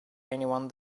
anyone